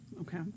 Okay